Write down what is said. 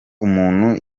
umuntu